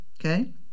Okay